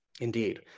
Indeed